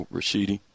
Rashidi